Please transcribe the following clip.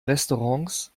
restaurants